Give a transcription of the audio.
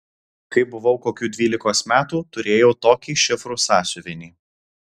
kai buvau kokių dvylikos metų turėjau tokį šifrų sąsiuvinį